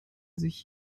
sich